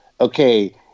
Okay